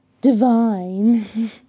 divine